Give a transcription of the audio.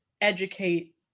educate